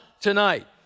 tonight